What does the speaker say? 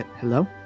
Hello